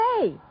Hey